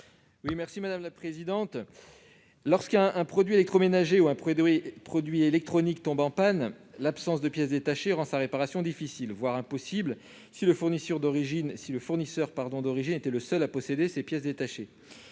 à M. Guillaume Gontard. Lorsqu'un produit électroménager ou un produit électronique tombe en panne, l'absence de pièces détachées rend sa réparation difficile, voire impossible, si le fournisseur d'origine était le seul à posséder ces pièces détachées.